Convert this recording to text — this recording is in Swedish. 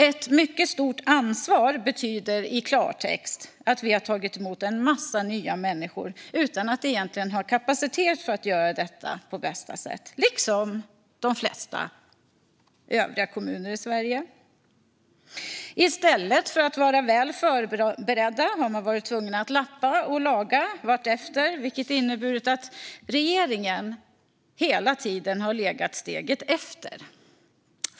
Ett mycket stort ansvar betyder i klartext att vi har tagit emot en massa nya människor utan att egentligen ha kapacitet för att göra detta på bästa sätt, liksom de flesta övriga kommuner i Sverige. I stället för att vara väl förberedd har man varit tvungen att lappa och laga vartefter, vilket inneburit att regeringen hela tiden har legat steget efter.